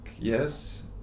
yes